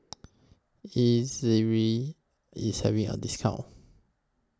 Ezerra IS having A discount